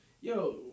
yo